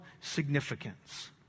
significance